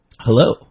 hello